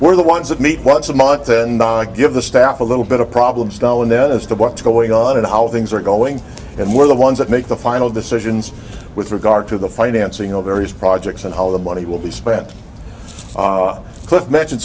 we're the ones that meet once a month and give the staff a little bit of problem stahl and then as to what's going on and how things are going and we're the ones that make the final decisions with regard to the financing of various projects and how the money will be spent cliff mentioned